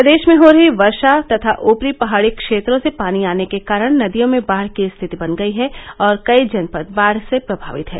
प्रदेश में हो रही वर्षा तथा ऊपरी पहाड़ी क्षेत्रों से पानी आने के कारण नदियों में बाढ़ की स्थिति बन गई है और कई जनपद बाढ़ से प्रमावित है